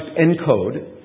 ENCODE